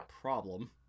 problem